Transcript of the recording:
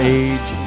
age